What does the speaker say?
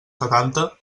setanta